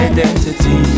Identity